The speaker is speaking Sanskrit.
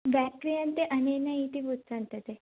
व्याक्रियन्ते अनेन इति उत्पद्यते